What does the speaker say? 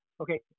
okay